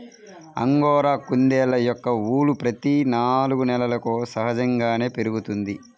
angora కుందేళ్ళ యొక్క ఊలు ప్రతి నాలుగు నెలలకు సహజంగానే పెరుగుతుంది